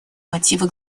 мотивы